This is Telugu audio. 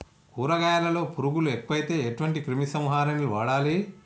కూరగాయలలో పురుగులు ఎక్కువైతే ఎటువంటి క్రిమి సంహారిణి వాడాలి?